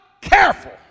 careful